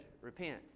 repent